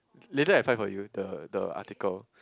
later I found for you the the article